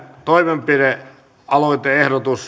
toimenpidealoitteet